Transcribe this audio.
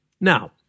Now